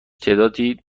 تعدادی